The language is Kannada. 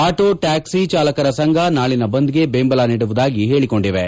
ಆಟೋ ಟ್ಲಾಕ್ಸಿ ಚಾಲಕರ ಸಂಘ ನಾಳಿನ ಬಂದ್ಗೆ ಬೆಂಬಲ ನೀಡುವುದಾಗಿ ಹೇಳಿಕೊಂಡಿವೆ